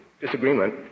disagreement